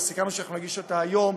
וסיכמנו שנגיש אותה היום,